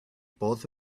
both